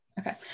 Okay